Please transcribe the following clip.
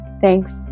Thanks